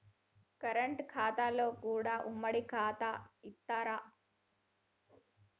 Current ఖాతాలో కూడా ఉమ్మడి ఖాతా ఇత్తరా?